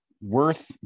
worth